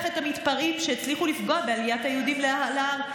את המתפרעים שהצליחו לפגוע בעליית היהודים להר.